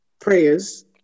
prayers